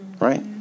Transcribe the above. right